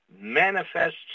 manifests